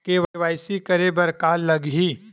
KYC करे बर का का लगही?